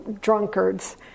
drunkards